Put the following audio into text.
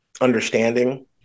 understanding